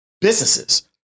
businesses